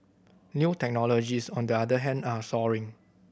new technologies on the other hand are soaring